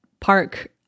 park